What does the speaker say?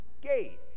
gate